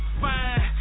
fine